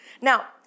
Now